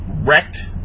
wrecked